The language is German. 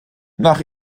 nach